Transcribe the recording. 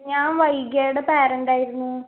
ഞാൻ വൈഗേടെ പേരൻറ്റായിരുന്നു